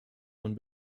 von